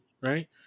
Right